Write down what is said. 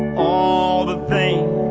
all the things,